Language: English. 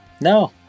No